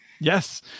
Yes